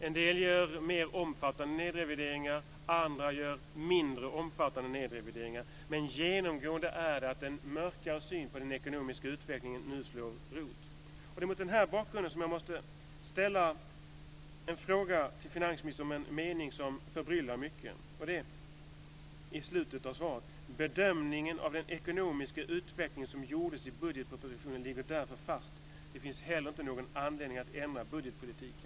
En del gör mer omfattande nedrevideringar och andra gör mindre omfattande nedrevideringar, men genomgående är att en mörkare syn på den ekonomiska utvecklingen nu slår rot. Det är mot den här bakgrunden som jag måste ställa en fråga till finansministern om en mening som förbryllar mycket. I slutet av svaret står det: "Bedömningen av den ekonomiska utvecklingen som gjordes i budgetpropositionen ligger därför fast. Det finns heller inte någon anledning att ändra budgetpolitiken."